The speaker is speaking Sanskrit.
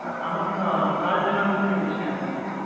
अहं का कान् जनान् स्वीकरिष्यामि इति